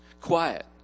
Quiet